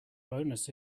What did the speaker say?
bonus